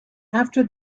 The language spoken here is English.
after